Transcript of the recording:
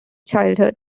childhood